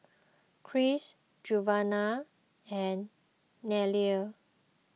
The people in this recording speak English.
Cris Giovanna and Nelia